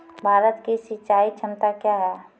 भारत की सिंचाई क्षमता क्या हैं?